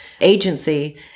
agency